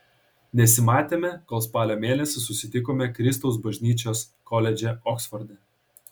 nesimatėme kol spalio mėnesį susitikome kristaus bažnyčios koledže oksforde